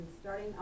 starting